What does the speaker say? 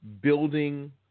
building